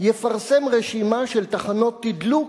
"יפרסם רשימה של תחנות תדלוק